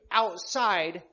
outside